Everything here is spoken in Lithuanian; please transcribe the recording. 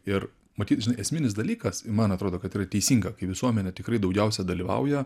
ir matyt žinai esminis dalykas man atrodo kad yra teisinga kai visuomenė tikrai daugiausia dalyvauja